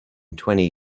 twenty